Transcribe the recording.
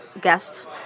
guest